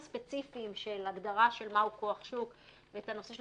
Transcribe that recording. הספציפיים של הגדרה מה הוא כוח שוק ואת הנושא של